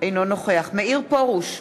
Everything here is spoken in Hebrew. אינו נוכח מאיר פרוש,